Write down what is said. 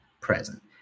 present